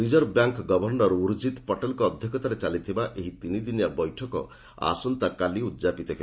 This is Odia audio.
ରିଜର୍ଭ ବ୍ୟାଙ୍କ ଗଭର୍ଣ୍ଣର ଉର୍ଜିତ ପଟେଲ୍ଙ୍କ ଅଧ୍ୟକ୍ଷତାରେ ଚାଲିଥିବା ଏହି ତିନିଦିନିଆ ବୈଠକ ଆସନ୍ତାକାଲି ଉଦ୍ଯାପିତ ହେବ